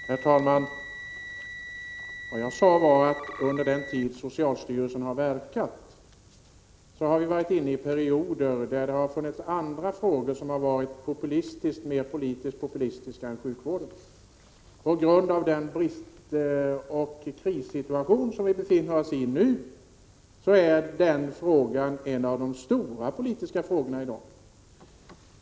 Herr talman! Vad jag sade var att under den tid som socialstyrelsen har verkat har vi varit inne i perioder där det funnits andra frågor som varit mer politiskt populistiska än sjukvården. På grund av den bristoch krissituation som vi befinner oss i nu är den frågan en av de stora politiska frågorna i dag.